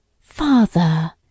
Father